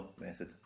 method